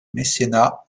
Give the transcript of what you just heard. mécénat